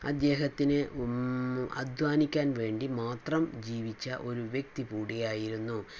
അദ്ദേഹത്തിന് അധ്വാനിക്കാൻ വേണ്ടി മാത്രം ജീവിച്ച ഒരു വ്യക്തി കൂടി ആയിരുന്നു